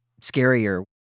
scarier